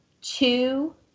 two